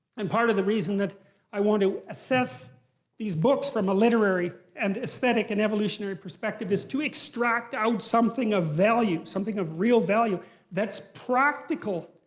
and part of the reason that i want to assess these books from a literary and aesthetic and evolutionary perspective is to extract out something of value, something of real value that's practical.